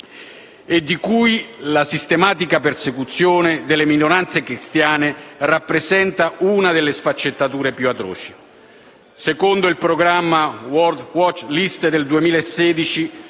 e la cui sistematica persecuzione delle minoranze cristiane rappresenta una delle sfaccettature più atroci. Secondo la World watch list 2016,